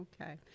okay